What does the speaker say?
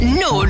no